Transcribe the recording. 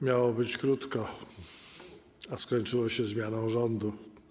Miało być krótko, a skończyło się zmianą rządu.